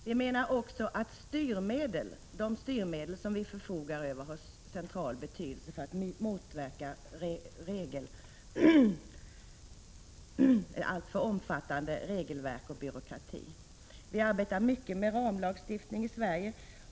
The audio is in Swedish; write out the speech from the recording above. De styrmedel som vi förfogar över har vidare enligt vår mening central betydelse för att motverka alltför omfattande regelverk och byråkrati. Vi arbetar mycket med ramlagstiftning i Sverige.